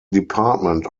department